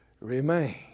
remain